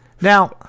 Now